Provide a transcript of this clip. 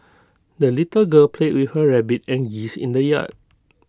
the little girl played with her rabbit and geese in the yard